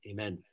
Amen